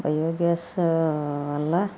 bio gas వల్ల